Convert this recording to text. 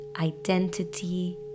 identity